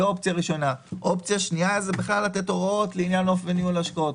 אופציה שנייה זה בכלל לתת הוראות לעניין אופן ניהול ההשקעות,